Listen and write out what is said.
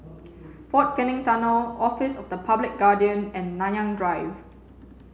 Fort Canning Tunnel Office of the Public Guardian and Nanyang Drive